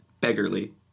Beggarly